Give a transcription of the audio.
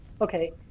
Okay